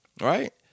Right